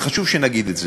וחשוב שנגיד את זה: